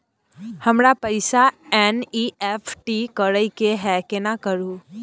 हमरा पैसा एन.ई.एफ.टी करे के है केना करू?